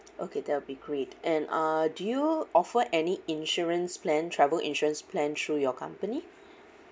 okay that'll be great and uh do you offer any insurance plan travel insurance plan through your company